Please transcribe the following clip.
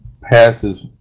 passes